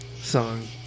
song